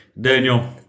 Daniel